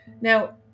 now